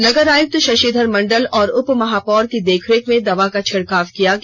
नगर आयुक्त शशिधर मंडल और उप महापौर की देखरेख में दवा का छिड़काव किया गया